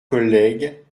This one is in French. collègues